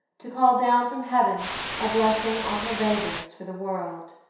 to call down from heaven a blessing on her labours for the world.